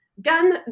done